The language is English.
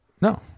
No